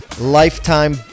lifetime